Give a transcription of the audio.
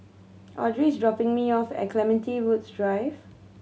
Audry is dropping me off at Clementi Woods Drive